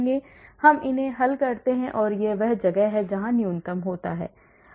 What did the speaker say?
हम उन्हें हल करते हैं यह वह जगह है जहां न्यूनतम होता है